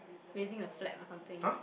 raising a flag or something